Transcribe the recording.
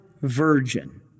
virgin